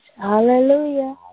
hallelujah